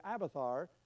Abathar